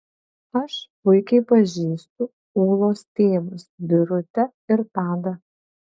aš puikiai pažįstu ūlos tėvus birutę ir tadą